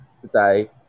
today